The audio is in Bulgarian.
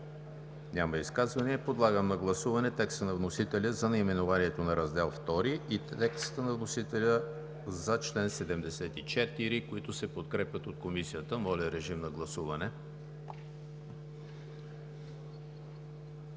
Няма. Подлагам на гласуване текста на вносителя за наименованието на Раздел II и текста на вносителя за чл. 74, които се подкрепят от Комисията. Гласували